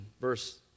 verse